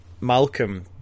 Malcolm